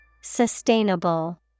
Sustainable